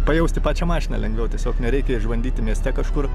pajausti pačią mašiną lengviau tiesiog nereikia išbandyti mieste kažkur